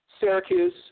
Syracuse